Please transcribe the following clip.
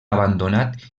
abandonat